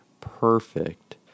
perfect